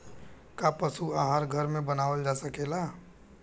का पशु आहार घर में बनावल जा सकेला?